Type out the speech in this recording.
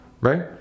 Right